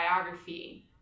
biography